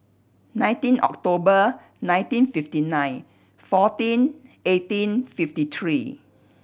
nineteen October nineteen fifty nine fourteen eighteen fifty three